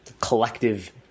collective